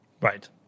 Right